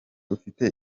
ufite